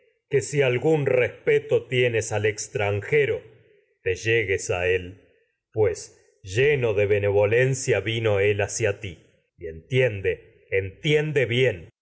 los dioses algún al extranjero te llegues a él pues lleno de bene vino volencia él hacia ti y entiende entiende bien